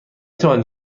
توانید